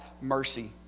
mercy